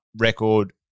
record